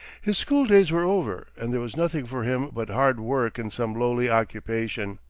his school-days were over, and there was nothing for him but hard work in some lowly occupation.